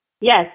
Yes